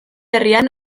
herrian